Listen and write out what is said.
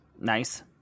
nice